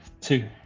Two